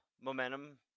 momentum